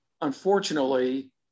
unfortunately